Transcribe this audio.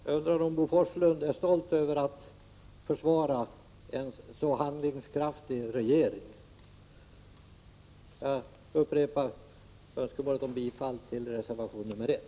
Jag undrar om Bo Forslund är stolt över att försvara en så handlingskraftig regering. Jag upprepar mitt yrkande om bifall till reservation 1.